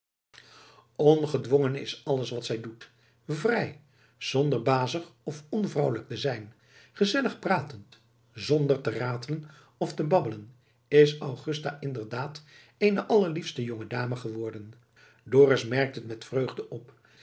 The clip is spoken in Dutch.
ongedwongen is alles wat zij doet vrij zonder bazig of onvrouwelijk te zijn gezellig pratend zonder te ratelen of te babbelen is augusta inderdaad eene allerliefste jonge dame geworden dorus merkt het met vreugde op